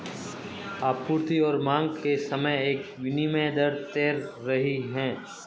आपूर्ति और मांग के समय एक विनिमय दर तैर रही है